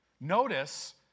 Notice